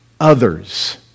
others